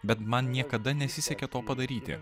bet man niekada nesisekė to padaryti